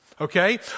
Okay